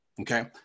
Okay